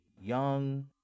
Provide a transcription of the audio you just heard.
young